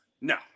no